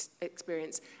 experience